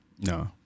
No